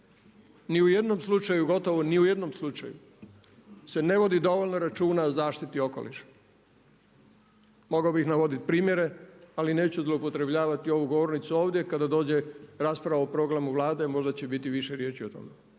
Ni u jednom slučaju, gotovo ni u jednom slučaju se ne vodi dovoljno računa o zaštiti okoliša. Mogao bih navoditi primjere ali neću zloupotrebljavati ovu govornicu ovdje kada dođe rasprava o programu Vlade možda će biti više riječi o tome.